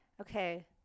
Okay